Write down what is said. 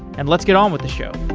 and let's get on with the show